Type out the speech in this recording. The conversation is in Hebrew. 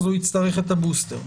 הוא יצטרך את הבוסטר.